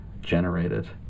generated